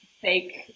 fake